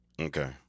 Okay